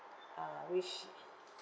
uh which